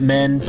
Men